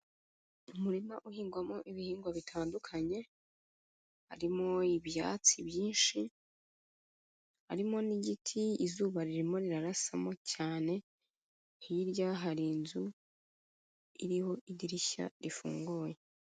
Umurima uhingwamo ibihingwa bitandukanye, harimo ibyatsi byinshi, harimo n'igiti izuba ririmo rirasamo cyane, hirya hari inzu iriho idirishya rifunguye.